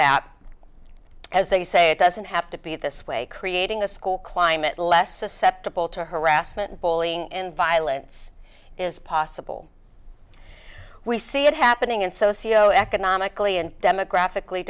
that as they say it doesn't have to be this way creating a school climate less susceptible to harassment bullying and violence is possible we see it happening in socio economically and demographically